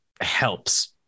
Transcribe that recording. helps